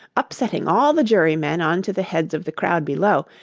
upsetting all the jurymen on to the heads of the crowd below,